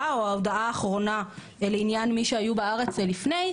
או ההודעה האחרונה לעניין מי שהיו בארץ לפני.